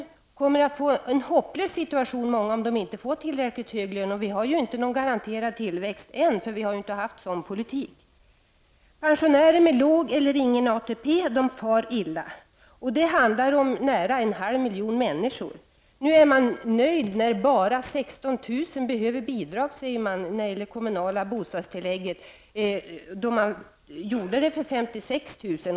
Och många kommer att få en hopplös situation om de inte får tillräckligt hög lön. Och vi har inte någon garanterad tillväxt än, eftersom en politik som skulle möjliggöra det inte har förts. Pensionärer med låg eller ingen ATP far illa. Det handlar om nära en halv miljon människor. Nu är regeringen nöjd när bara 16 000 personer behöver bidrag i form av kommunalt bostadstillägg. Man hade räknat med 56 000.